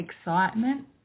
excitement